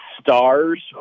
stars